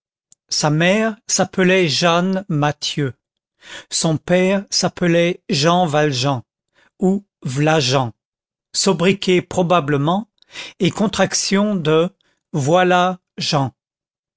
sa mère s'appelait jeanne mathieu son père s'appelait jean valjean ou vlajean sobriquet probablement et contraction de voilà jean